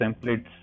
templates